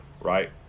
right